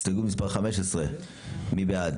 הסתייגות מספר 15. מי בעד